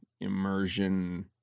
immersion